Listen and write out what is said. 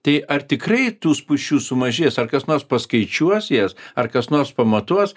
tai ar tikrai tų spūsčių sumažės ar kas nors paskaičiuos jas ar kas nors pamatuos